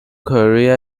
korea